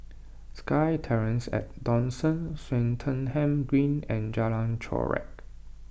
SkyTerrace at Dawson Swettenham Green and Jalan Chorak